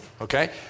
Okay